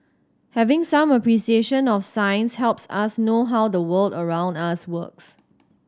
having some appreciation of science helps us know how the world around us works